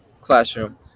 classroom